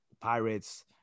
Pirates